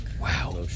Wow